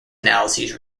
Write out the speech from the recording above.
analyses